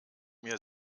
mir